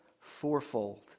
fourfold